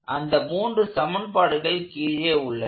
அந்த மூன்று சமன்பாடுகள் கீழே உள்ளன